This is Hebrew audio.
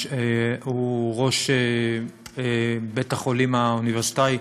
הוא ראש בית-החולים האוניברסיטאי.